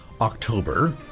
october